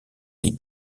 des